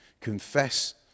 confess